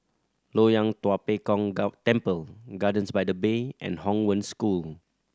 Loyang Tua Pek Kong Temple Gardens by the Bay and Hong Wen School